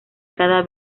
cada